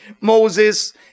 Moses